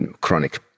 chronic